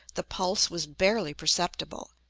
the pulse was barely perceptible.